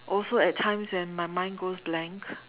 also at times when my mind goes blank